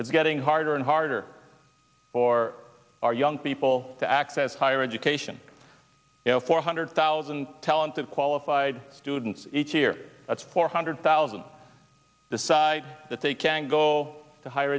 it's getting harder and harder for our young people to access higher education four hundred thousand talented qualified students each year that's four hundred thousand decide that they can go to higher